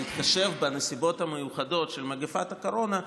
בהתחשב בנסיבות המיוחדות של מגפת הקורונה,